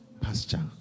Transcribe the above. pasture